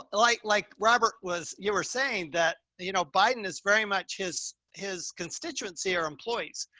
like, like robert was, you were saying that, you know, biden is very much his, his constituency, our employees,